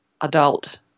adult